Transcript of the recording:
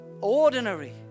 ordinary